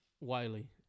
Wiley